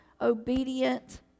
obedient